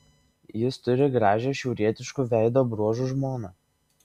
jis turi gražią šiaurietiškų veido bruožų žmoną